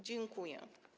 Dziękuję.